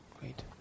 Great